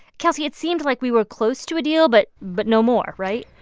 kelsey, it seems like we were close to a deal, but but no more, right?